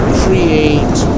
create